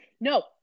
No